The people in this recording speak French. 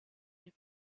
est